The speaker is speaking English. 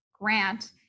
grant